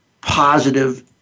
positive